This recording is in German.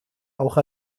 auch